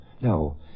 no